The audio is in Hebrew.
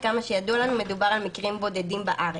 עד כמה שידוע לנו, מדובר על מקרים בודדים בארץ.